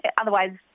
Otherwise